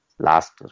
Last